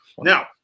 Now